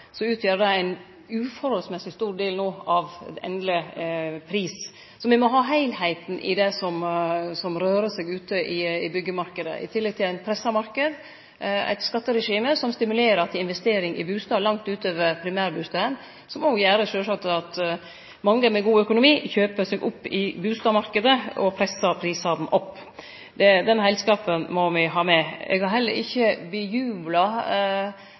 utgjer no ein urimeleg stor del av endeleg pris, så me må ha heilskapen i det som rører seg ute i byggjemarknaden. I tillegg har me ein pressa marknad og eit skatteregime som stimulerer til investering i bustad langt utover primærbustaden, som òg sjølvsagt gjer at mange med god økonomi kjøper seg opp i bustadmarknaden og pressar prisane opp. Den heilskapen må me ha med. Eg har heller ikkje